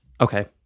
okay